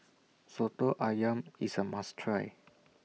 Soto Ayam IS A must Try